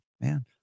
man